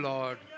Lord